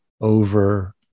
over